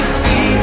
see